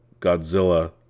Godzilla